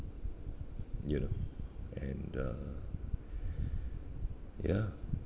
you know and uh ya